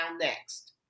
next